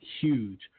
huge